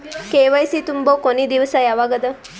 KYC ತುಂಬೊ ಕೊನಿ ದಿವಸ ಯಾವಗದ?